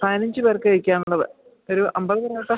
പതിനഞ്ച് പേർക്കാണ് ഉള്ളത് ഒരു അമ്പത് പൊറോട്ട